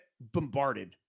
bombarded